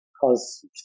cause